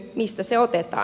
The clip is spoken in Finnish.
mistä se otetaan